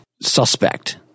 suspect